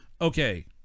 Okay